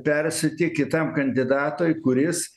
persiūti kitam kandidatui kuris